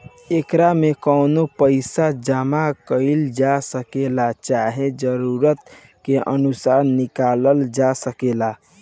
एकरा में कबो पइसा जामा कईल जा सकेला, चाहे जरूरत के अनुसार निकलाल जा सकेला